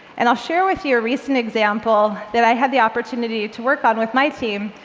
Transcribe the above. and i'll share with you a recent example that i had the opportunity to work on with my team,